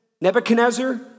Nebuchadnezzar